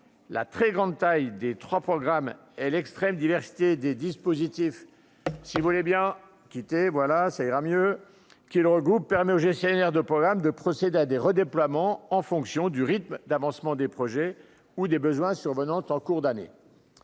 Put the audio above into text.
la très grande taille des 3 programme et l'extrême diversité des dispositifs, si vous voulez bien quitter voilà ça ira mieux qu'ils permet au gestionnaire de programmes de procéder à des redéploiements en fonction du rythme d'avancement des projets ou des besoins sur venant en cours d'année